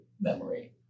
memory